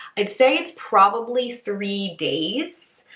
i'd say it's probably three days.